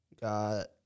Got